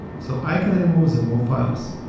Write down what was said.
so, i can remove the mov files.